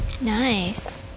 Nice